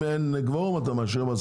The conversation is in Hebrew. אם אין קוורום אתה מאשר באספה הכללית.